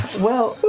well,